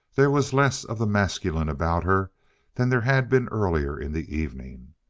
there was less of the masculine about her than there had been earlier in the evening.